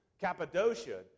Cappadocia